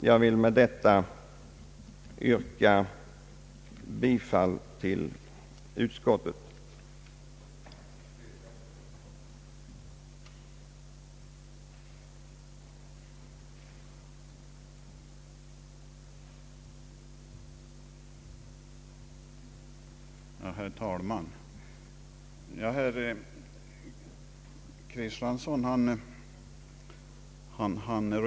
Jag vill med detta yrka bifall till utskottets hemställan.